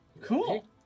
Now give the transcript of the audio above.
cool